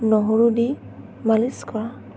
নহৰু দি মালিছ কৰা